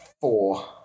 Four